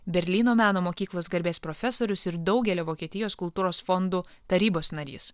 berlyno meno mokyklos garbės profesorius ir daugelio vokietijos kultūros fondų tarybos narys